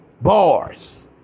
Bars